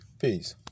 Peace